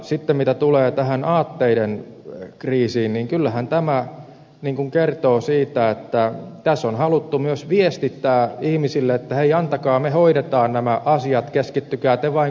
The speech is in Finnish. sitten mitä tulee tähän aatteiden kriisiin niin kyllähän tämä kertoo siitä että tässä on haluttu myös viestittää ihmisille että hei antakaa me hoidamme nämä asiat keskittykää te vain kuluttamiseen